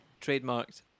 Trademarked